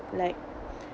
like